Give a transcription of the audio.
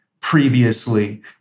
previously